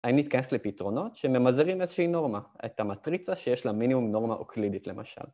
‫אני אתכנס לפתרונות ‫שממזערים איזושהי נורמה, ‫את המטריצה שיש לה ‫מינימום נורמה אוקלידית, למשל.